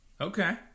okay